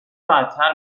راحتتر